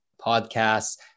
podcasts